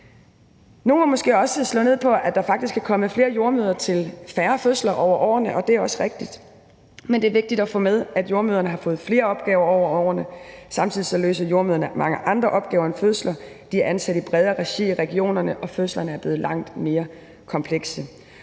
Nogle vil måske også slå ned på, at der faktisk er kommet flere jordemødre til færre fødsler over årene, og det er også rigtigt, men det er vigtigt at få med, at jordemødrene har fået flere opgaver over årene. Samtidig løser jordemødrene mange andre opgaver end fødsler. De er ansat i bredere regi i regionerne, og fødslerne er blevet langt mere komplekse,